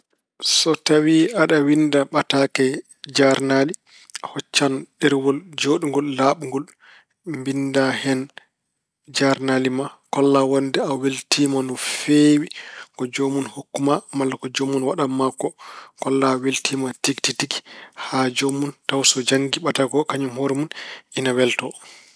So tawi aɗa winnda ɓataake njaarnaali, a hoccan ɗerewol jooɗngol, laaɓngol. Mbinndaa hen njaarnaali ma. Kolla wonde a weltiima no feewi ko joomun hokku ma malla ko joomun waɗan ma ko. Kolla a weltiima tigi tigi- tigi, haa joomun tawa so janngii ɓataake oo, ina welto.